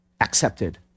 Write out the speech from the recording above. accepted